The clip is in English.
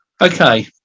okay